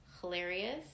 hilarious